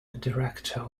director